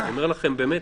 אני אומר לכם באמת.